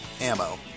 ammo